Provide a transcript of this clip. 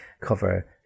cover